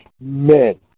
men